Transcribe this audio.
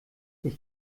ich